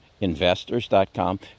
investors.com